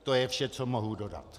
To je vše, co mohu dodat.